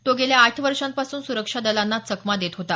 तो गेल्या आठ वर्षांपासून सुरक्षा दलांना चकमा देत होता